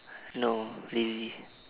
no lazy